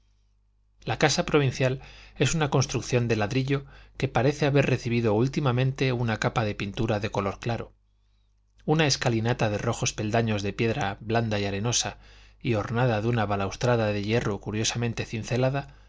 la casa provincial es una construcción de ladrillo que parece haber recibido últimamente una capa de pintura de color claro una escalinata de rojos peldaños de piedra blanda y arenosa y ornada de una balaustrada de hierro curiosamente cincelada